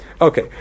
Okay